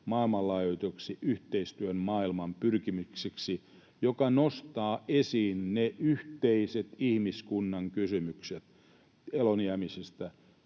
maailmanlaajuiseksi yhteistyön maailman pyrkimykseksi, joka nostaa esiin ne ihmiskunnan yhteiset kysymykset eloonjäämisestä,